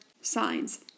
signs